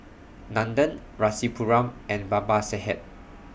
Nandan Rasipuram and Babasaheb